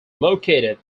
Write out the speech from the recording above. located